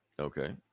Okay